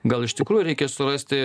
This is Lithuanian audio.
gal iš tikrųjų reikia surasti